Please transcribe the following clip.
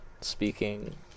speaking